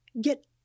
get